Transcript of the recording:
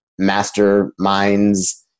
masterminds